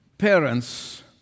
Parents